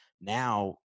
Now